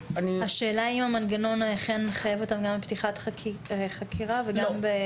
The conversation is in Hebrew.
השאלה אם המנגנון אכן מחייב אותם גם בפתיחת חקירה וגם בהגשת כתב אישום.